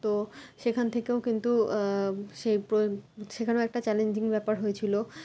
তো সেখান থেকেও কিন্তু সেই প্র সেখানেও একটা চ্যালেঞ্জিং ব্যাপার হয়েছিলো